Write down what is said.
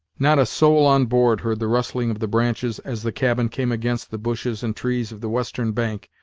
not a soul on board heard the rustling of the branches, as the cabin came against the bushes and trees of the western bank,